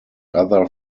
other